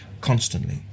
constantly